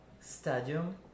stadium